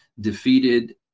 defeated